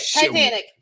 Titanic